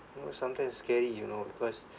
you know sometimes scary you know because